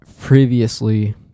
previously